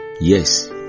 Yes